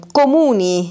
comuni